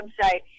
website